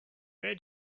where